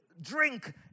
drink